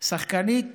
שחקנית